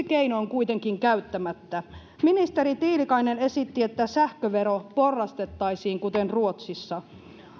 keino on kuitenkin käyttämättä ministeri tiilikainen esitti että sähkövero porrastettaisiin kuten ruotsissa